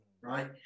right